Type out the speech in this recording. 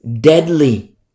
deadly